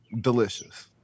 delicious